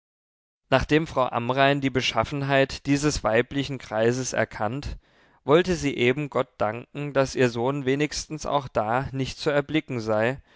nachdem frau amrain die beschaffenheit dieses weiblichen kreises erkannt wollte sie eben gott danken daß ihr sohn wenigstens auch da nicht zu erblicken sei